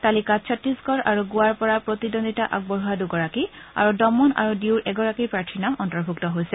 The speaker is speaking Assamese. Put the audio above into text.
তালিকাত ছত্তিশগড় আৰু গোৱাৰ পৰা প্ৰতিদ্বন্দিতা আগবঢ়োৱা দুগৰাকী আৰু দমন আৰু দিউৰ এগৰাকী প্ৰাৰ্থীৰ নাম অন্তৰ্ভূক্ত হৈছে